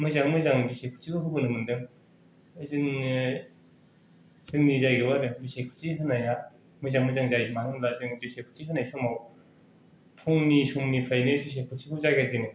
मोजाङै मोजां बिसायख'थिखौ होबोनो मोनदों जोङो जोंनि जायगायाव आरो बिसायख'थि होनाया मोजाङै मोजां जालां जोबदों मानो होनब्ला जों बिसायख'थि जानाय समाव फुंनि समनिफ्रायनो बिसायख'थिखौ जागायजेनो